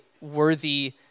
worthy